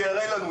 שיראה לנו.